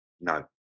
No